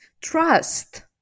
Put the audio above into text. trust